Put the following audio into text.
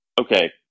okay